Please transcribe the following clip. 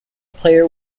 player